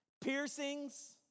piercings